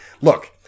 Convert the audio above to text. Look